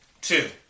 Two